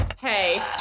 hey